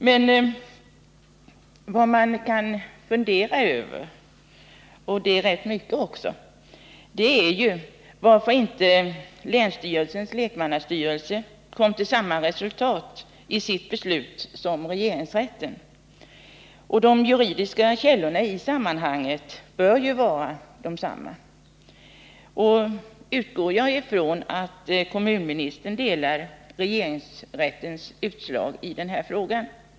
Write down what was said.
Men vad man kan fundera rätt mycket över är ju, varför inte också länsstyrelsens lekmannastyrelse kom till samma resultat i sitt beslut som regeringsrätten. De juridiska källorna i sammanhanget bör ju vara desamma. Och jag utgår från att kommunministern delar den mening som regeringsrätten ger uttryck för genom sitt utslag i denna fråga.